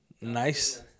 nice